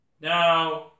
Now